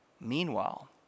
Meanwhile